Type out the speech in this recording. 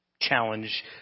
challenge